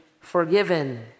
forgiven